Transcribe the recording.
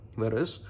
Whereas